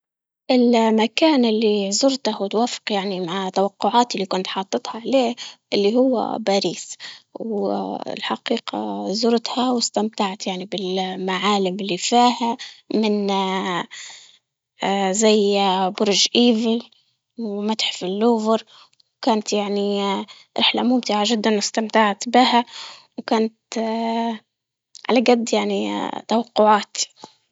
المكان اللي زرته توفق يعني مع توقعاتي اللي كنت حاططها ليه? اللي هو باريس والحقيقة زرتها واستمتعت يعني بالمعالم اللي فيها من آآ آآ زي برج ايفل، ومتحف اللوفر، وكانت يعني اه رحلة ممتعة جدا استمتعت بها، وكانت اه على قد يعني اه توقعات.